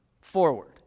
forward